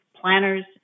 planners